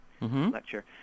lecture